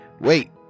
Wait